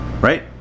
Right